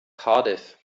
cardiff